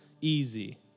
easy